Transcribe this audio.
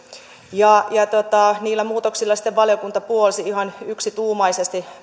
ja niillä muutoksilla valiokunta puolsi ihan yksituumaisesti